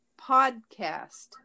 PODCAST